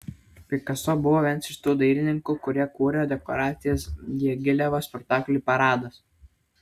pikaso buvo vienas iš tų dailininkų kurie kūrė dekoracijas diagilevo spektakliui paradas